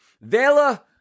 Vela